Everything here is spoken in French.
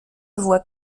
voit